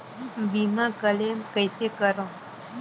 बीमा क्लेम कइसे करों?